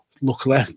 Luckily